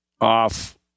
off